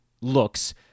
looks